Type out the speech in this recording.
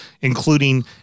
including